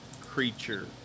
creature